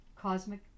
Cosmic